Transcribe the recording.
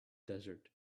desert